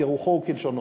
כרוחו וכלשונו.